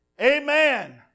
amen